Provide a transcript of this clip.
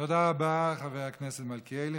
תודה רבה לחבר הכנסת מלכיאלי.